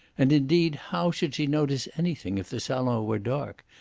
and, indeed, how should she notice anything if the salon were dark,